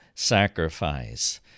sacrifice